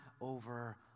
over